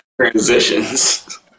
transitions